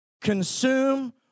consume